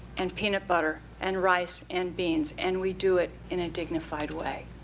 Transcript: and peanut butter, and rice, and beans. and we do it in a dignified way.